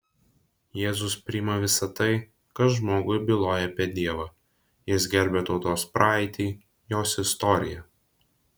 jėzus priima visa tai kas žmogui byloja apie dievą jis gerbia tautos praeitį jos istoriją